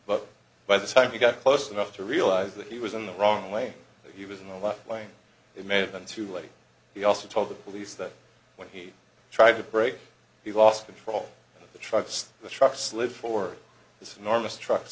but by the time he got close enough to realize that he was in the wrong lane he was in the left lane it may have been too late he also told the police that when he tried to break he lost control of the truck stop the trucks lived for this enormous truck